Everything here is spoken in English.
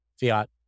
fiat